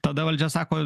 tada valdžia sako